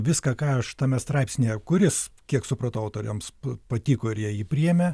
viską ką aš tame straipsnyje kuris kiek supratau autoriams patiko ir jie jį priėmė